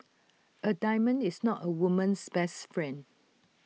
A diamond is not A woman's best friend